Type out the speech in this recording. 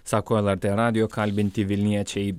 sako lrt radijo kalbinti vilniečiai